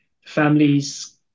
families